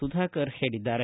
ಸುಧಾಕರ್ ಹೇಳಿದ್ದಾರೆ